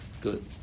Good